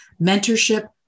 mentorship